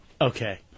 Okay